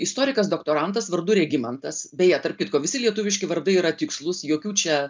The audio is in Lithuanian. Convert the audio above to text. istorikas doktorantas vardu regimantas beje tarp kitko visi lietuviški vardai yra tikslūs jokių čia